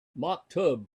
maktub